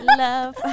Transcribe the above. love